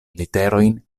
literojn